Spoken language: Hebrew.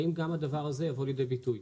האם גם הדבר הזה יבוא לידי ביטוי?